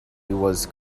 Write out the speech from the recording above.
was